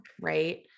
right